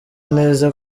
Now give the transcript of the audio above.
neza